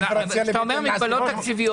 אחרת זה אך ורק מסבך גם את האנשים שזכאים להטבות האלה.